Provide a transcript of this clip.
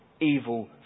evil